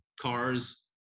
cars